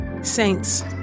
Saints